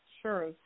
Sure